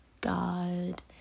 God